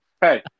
Hey